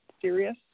serious